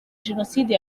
jenoside